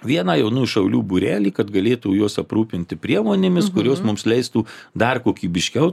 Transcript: vieną jaunųjų šaulių būrelį kad galėtų juos aprūpinti priemonėmis kurios mums leistų dar kokybiškiau